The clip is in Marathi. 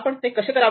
आपण ते कसे करावे